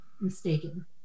mistaken